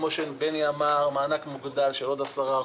כפי שבני ביטון אמר: מענק מוגדל של עוד 10%,